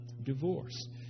Divorce